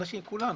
כולנו,